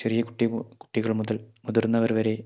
ചെറിയ കുട്ടി കുട്ടികൾ മുതൽ മുതിർന്നവർ വരെ